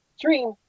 dream